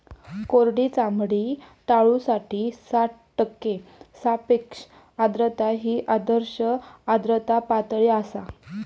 कोरडी चामडी टाळूसाठी साठ टक्के सापेक्ष आर्द्रता ही आदर्श आर्द्रता पातळी आसा